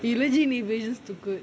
you really need patience to cook